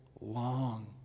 long